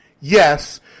yes